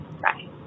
Bye